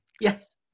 Yes